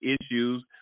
issues